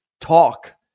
talk